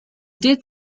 did